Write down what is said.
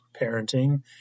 parenting